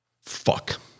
fuck